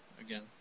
again